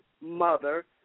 mother